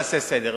נעשה סדר.